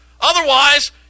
Otherwise